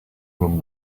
room